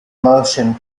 motion